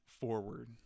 forward